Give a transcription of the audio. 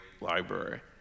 library